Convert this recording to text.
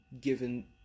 given